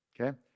Okay